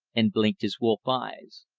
and blinked his wolf eyes.